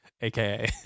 aka